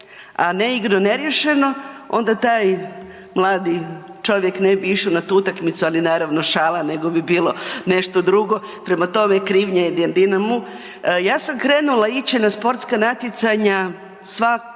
a ne igrao neriješeno, onda taj mladi čovjek ne bi išao na tu utakmicu, ali naravno šala, nego bi bilo nešto drugo, prema tome, krivnja je Dinamu. Ja sam krenula ići na sportska natjecanja sva